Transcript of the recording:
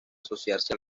asociarse